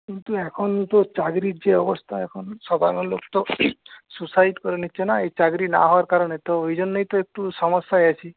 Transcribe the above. কিন্তু এখন তো চাকরির যে অবস্থা এখন সবার লোক তো সুইসাইড করে নিচ্ছে না এই চাকরি না হওয়ার কারণে ওই জন্যই একটু সমস্যায় আছি